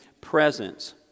presence